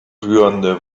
rührende